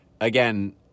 again